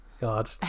God